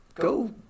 go